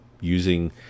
using